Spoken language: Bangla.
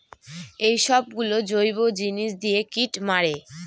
এইসব গুলো জৈব জিনিস দিয়ে কীট মারে